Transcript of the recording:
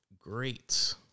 Great